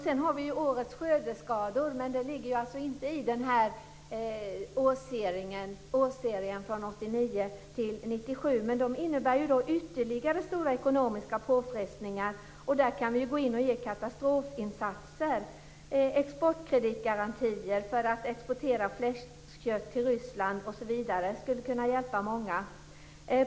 Sedan har vi också årets skördeskador, men de ligger inte inom årsserien från 1989 till 1997. Men de innebär ytterligare stora ekonomiska påfrestningar. Där kan vi gå in och göra katastrofinsatser. Exportkreditgaranti för export av fläskkött till Ryssland osv. skulle kunna hjälpa många.